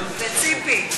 וציפי.